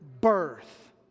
birth